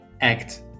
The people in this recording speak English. act